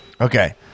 Okay